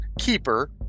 keeper